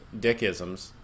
dickisms